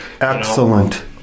Excellent